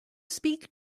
speak